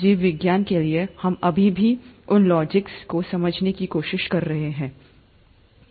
जीव विज्ञान के लिए हम अभी भी उन लॉजिक्स को समझने की कोशिश कर रहे हैं